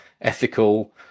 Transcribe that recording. ethical